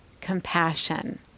Compassion